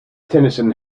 tennyson